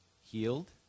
healed